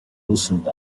loosened